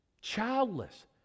childless